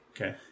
okay